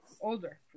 Older